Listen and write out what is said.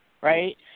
right